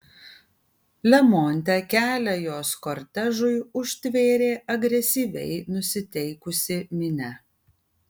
lemonte kelią jos kortežui užtvėrė agresyviai nusiteikusi minia